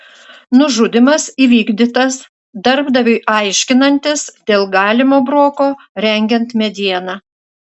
nužudymas įvykdytas darbdaviui aiškinantis dėl galimo broko rengiant medieną